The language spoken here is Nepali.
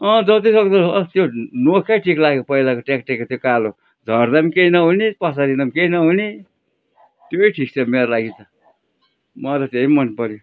जति सक्दो नोकिया ठिक लाग्यो पहिलाको ट्याकट्याके त्यो कालो झर्दा केही नहुने पछारिँदा केही नहुने त्यही ठिक छ मेरो लागि त म त त्यही मन पऱ्यो